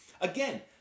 Again